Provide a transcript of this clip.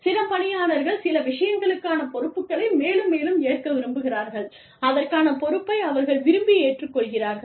சில பணியாளர்கள் சில விஷயங்களுக்கான பொறுப்புகளை மேலும் மேலும் ஏற்க விரும்புகிறார்கள் அதற்கான பொறுப்பை அவர்கள் விரும்பி ஏற்றுக்கொள்கிறார்கள்